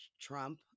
Trump